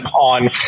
on